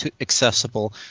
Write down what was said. accessible